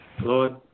Lord